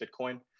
Bitcoin